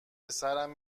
سرم